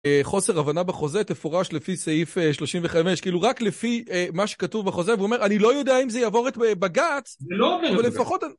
חוסר הבנה בחוזה, תפורש לפי סעיף 35, כאילו רק לפי מה שכתוב בחוזה, והוא אומר, אני לא יודע אם זה יעבור את בג"ץ, אבל לפחות...